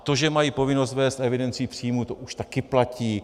To, že mají povinnost vést evidenci příjmů, to už taky platí.